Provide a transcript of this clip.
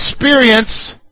experience